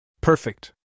Perfect